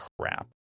crap